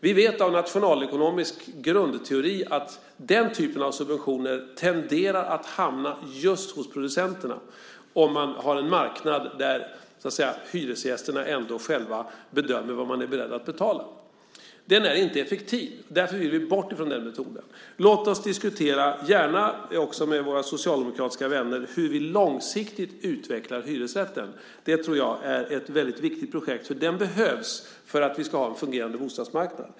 Vi vet enligt nationalekonomisk grundteori att den typen av subventioner tenderar att hamna hos just producenterna, ifall vi har en marknad där hyresgästerna ändå själva bedömer vad de är beredda att betala. Den metoden är inte effektiv, och därför vill vi komma bort från den. Låt oss diskutera, gärna också med våra socialdemokratiska vänner, hur vi långsiktigt utvecklar hyresrätten. Det tror jag är ett viktigt projekt. Hyresrätten behövs för att vi ska ha en fungerande bostadsmarknad.